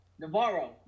Navarro